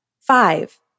Five